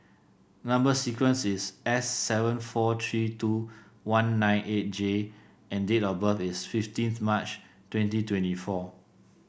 number sequence is S seven four three two one nine eight J and date of birth is fifteen March twenty twenty four